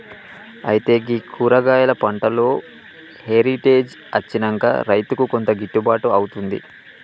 అయితే గీ కూరగాయలు పంటలో హెరిటేజ్ అచ్చినంక రైతుకు కొంత గిట్టుబాటు అవుతుంది